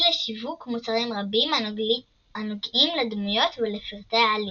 לשיווק מוצרים רבים הנוגעים לדמויות ולפרטי העלילה.